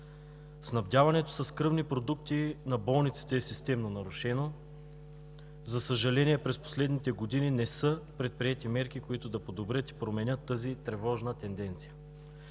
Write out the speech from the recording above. Снабдяването с кръвни продукти на болниците е системно нарушено. За съжаление, през последните години не са предприети мерки, които да подобрят и променят тази тревожна тенденция.